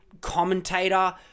commentator